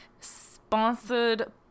sponsored